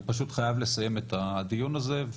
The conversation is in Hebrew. אני פשוט חייב לסיים את הדיון הזה,